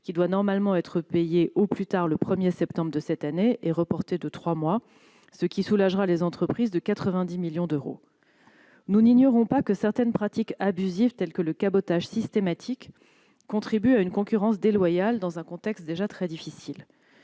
qui doit normalement être payée au plus tard le 1 septembre de cette année, est reportée de trois mois, ce qui soulagera les entreprises de 90 millions d'euros. Nous n'ignorons pas que certaines pratiques abusives, comme le cabotage systématique, contribuent à une concurrence déloyale dans un contexte déjà très difficile.